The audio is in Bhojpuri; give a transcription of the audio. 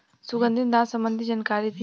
सुगंधित धान संबंधित जानकारी दी?